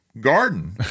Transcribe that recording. garden